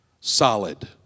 solid